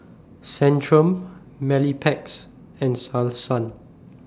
Centrum and Selsun